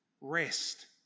rest